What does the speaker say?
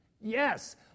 Yes